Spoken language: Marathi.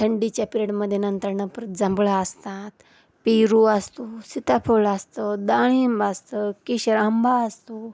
थंडीच्या पिरेयडमध्ये नंतर न परत जांभळं असतात पेरू असतो सीताफळ असतं डाळिंब असतं केशरांबा असतो